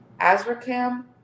Azrakam